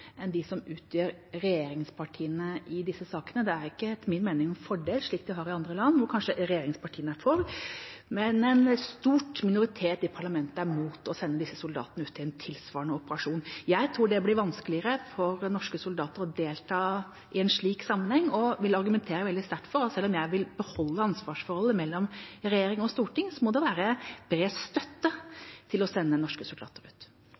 enn det regjeringspartiene utgjør. Det er etter min mening ikke noen fordel slik de har det i andre land, hvor kanskje regjeringspartiene er for, men en stor minoritet i parlamentet er imot å sende soldatene ut i en tilsvarende operasjon. Jeg tror det blir vanskeligere for norske soldater å delta i en slik sammenheng og vil argumentere veldig sterkt for, selv om jeg vil beholde ansvarsforholdet mellom regjering og storting, at det må være bred støtte for å sende norske soldater ut.